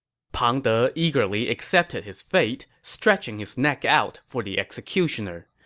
pang de eagerly accepted his fate, stretching his neck out for the executioner.